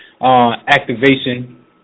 activation